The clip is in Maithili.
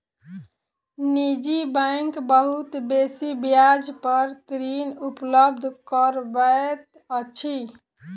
निजी बैंक बहुत बेसी ब्याज पर ऋण उपलब्ध करबैत अछि